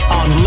on